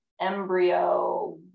embryo